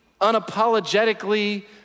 unapologetically